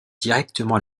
directement